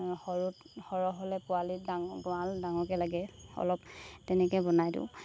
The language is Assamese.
সৰু সৰহ হ'লে পোৱালিক ডাঙৰ গঁৰাল ডাঙৰকৈ লাগে অলপ তেনেকৈ বনাই দিওঁ